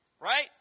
Right